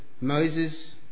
Moses